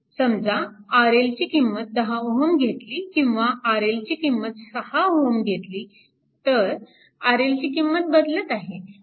समजा RL ची किंमत 10 Ω घेतली किंवा RL ची किंमत 6Ω घेतली तर RL ची किंमत बदलत आहे